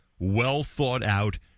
well-thought-out